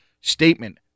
statement